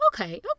Okay